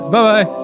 Bye-bye